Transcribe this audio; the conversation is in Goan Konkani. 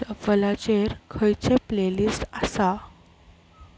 शफलाचेर खंयचें प्लेलिस्ट आसा